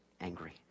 angry